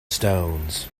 stones